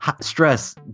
stress